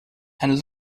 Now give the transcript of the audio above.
and